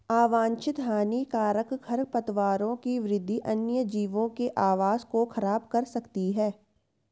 अवांछित हानिकारक खरपतवारों की वृद्धि वन्यजीवों के आवास को ख़राब कर सकती है